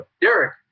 Derek